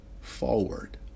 forward